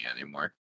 anymore